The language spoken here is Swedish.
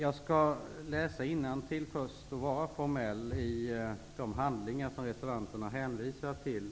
Fru talman! Jag skall först vara formell och läsa innantill i de handlingar som reservanterna hänvisar till.